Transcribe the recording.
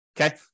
Okay